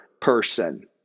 person